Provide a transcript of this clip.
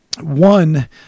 one